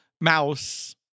mouse